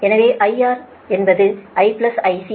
எனவே IR என்பது I IC க்கு சமம்